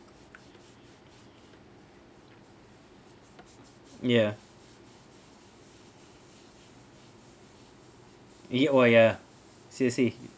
ya !ee! oh ya seriously